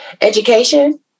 education